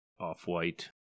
Off-white